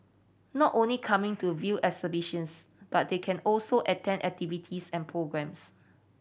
not only coming to view exhibitions but they can also attend activities and programmes